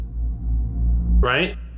right